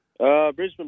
Brisbane